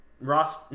Ross